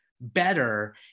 better